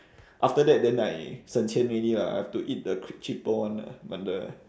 after that then I 省钱 already lah I have to eat the quick cheaper one lah but the